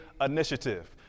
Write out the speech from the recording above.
Initiative